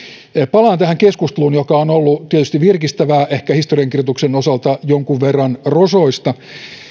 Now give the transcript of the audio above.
palaan tähän keskusteluun joka on ollut tietysti virkistävää ehkä historiankirjoituksen osalta jonkun verran rosoista